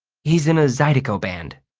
he's in a zydeco band.